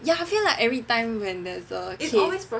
ya I feel like eveytime when there is a case